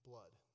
blood